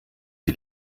die